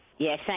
Yes